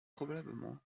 probablement